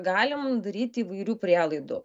galim daryt įvairių prielaidų